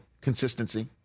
Consistency